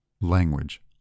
Language